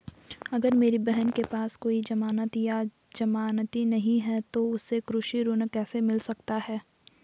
अगर मेरी बहन के पास कोई जमानत या जमानती नहीं है तो उसे कृषि ऋण कैसे मिल सकता है?